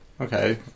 okay